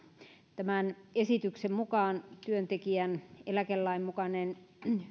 tämän esityksen mukaan työntekijän eläkelain mukainen